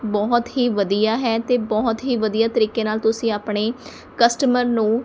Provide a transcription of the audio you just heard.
ਬਹੁਤ ਹੀ ਵਧੀਆ ਹੈ ਅਤੇ ਬਹੁਤ ਹੀ ਵਧੀਆ ਤਰੀਕੇ ਨਾਲ਼ ਤੁਸੀਂ ਆਪਣੇ ਕਸਟਮਰ ਨੂੰ